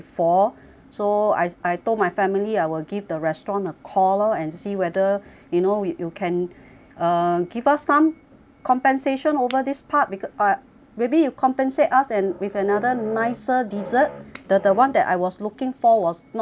so I I told my family I will give the restaurant a call lor and see whether you know you can give us some compensation over this part because maybe you compensate us and with another nicer dessert the the one that I was looking for was not uh